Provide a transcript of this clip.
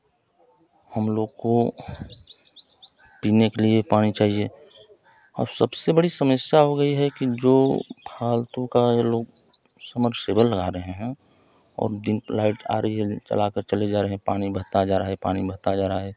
हमलोग को पीने के लिए पानी चाहिए अब सबसे बड़ी समस्या हो गई है कि जो फालतू का लोग समरसेबल लगा रहे हैं और डीमप्लाइड आ रही है चला कर चले जा रहे हैं पानी बहता जा रहा है पानी बहता जा रहा है